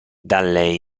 dalle